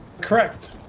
Correct